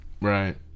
Right